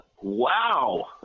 Wow